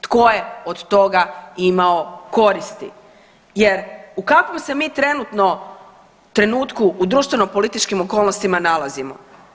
Tko je od toga imao koristi jer u kakvom se mi trenutno trenutku u društveno političkim okolnostima nalazimo.